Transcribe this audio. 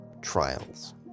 trials